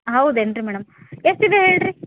ಹೌದೇನು ರೀ ಮೇಡಮ್ ಎಷ್ಟಿದೆ ಹೇಳಿ ರೀ